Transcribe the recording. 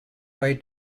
way